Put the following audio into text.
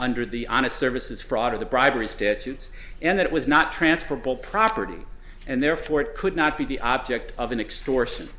under the honest services fraud of the bribery statutes and it was not transferable property and therefore it could not be the object of an extortion